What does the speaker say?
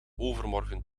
overmorgen